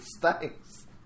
Thanks